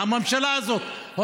זה לא